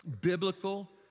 biblical